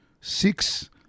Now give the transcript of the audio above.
six